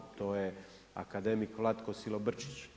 To je akademik Vlatko Silobrčić.